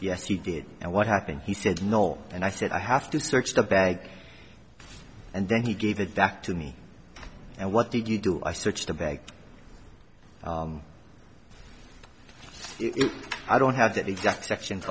yes he did and what happened he said no and i said i have to search the bag and then he gave it back to me and what did you do i searched the bag i don't have that exact section